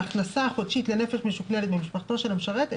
ההכנסה החודשית לנפש סטנדרטית במשפחתו של המשרת בתקופת הזכאות,